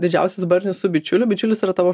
didžiausias barnis su bičiuliu bičiulis yra tavo